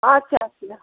আচ্ছা আচ্ছা